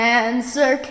answer